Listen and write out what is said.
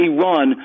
Iran